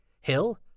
Hill